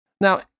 Now